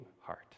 heart